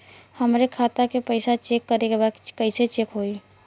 हमरे खाता के पैसा चेक करें बा कैसे चेक होई?